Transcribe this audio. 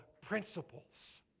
principles